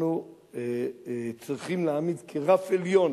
אנחנו צריכים להעמיד כרף עליון